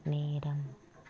நேரம்